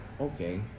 okay